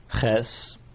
Ches